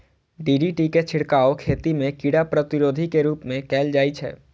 DDT के छिड़काव खेती मे कीड़ा प्रतिरोधी के रूप मे कैल जाइ छै